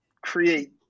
create